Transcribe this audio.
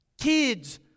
Kids